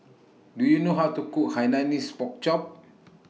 Do YOU know How to Cook Hainanese Pork Chop